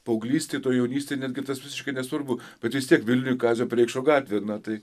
paauglystėj toj jaunystėj netgi tas visiškai nesvarbu bet vis tiek vilniuj kazio preikšo gatvė na tai